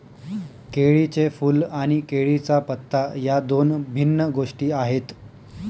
केळीचे फूल आणि केळीचा पत्ता या दोन भिन्न गोष्टी आहेत